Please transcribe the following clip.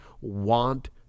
want